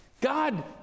God